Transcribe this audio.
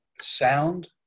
sound